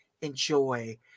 enjoy